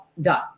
done